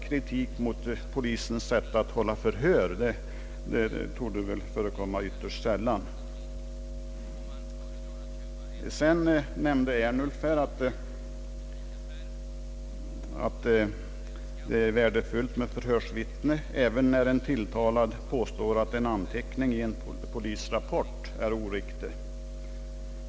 Kritik mot polisens sätt att hålla förhör torde förekomma ytterst sällan. Vidare nämnde herr Ernulf att det är värdefullt med förhörsvittne även när en tilltalad påstår att en anteckning i en polisrapport är oriktig.